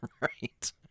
Right